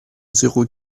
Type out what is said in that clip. zéro